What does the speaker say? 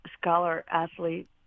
scholar-athlete